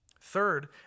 Third